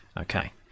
Okay